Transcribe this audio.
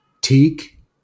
teak